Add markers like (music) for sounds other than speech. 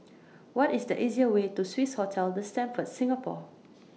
(noise) What IS The easier Way to Swissotel The Stamford Singapore